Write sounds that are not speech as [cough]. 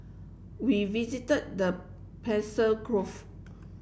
we visited the [unintelligible]